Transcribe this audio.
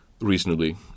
reasonably